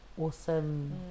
awesome